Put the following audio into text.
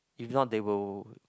if not they will